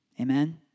Amen